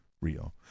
Rio